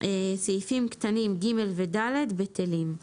סעיפים קטנים (ג) ו-(ד) בטלים.